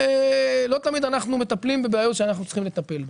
ולא תמיד אנחנו מטפלים בבעיות שאנחנו צריכים לטפל בהן.